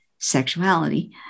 sexuality